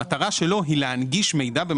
המטרה שלו היא להנגיש מידע,